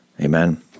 Amen